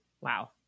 Wow